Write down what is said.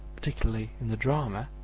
particularly in the drama,